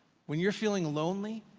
when you're feeling lonely,